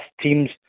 teams